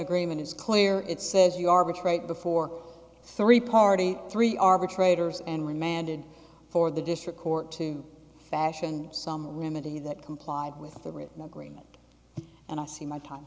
agreement is clear it says you arbitrate before three party three arbitrators and remanded for the district court to fashion some limited you that complied with a written agreement and i see my time